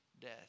death